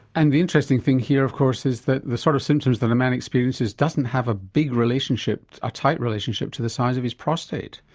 and the interesting thing here of course is that the sort of symptoms that a man experiences doesn't have a big relationship, a tight relationship, to the size of his prostate.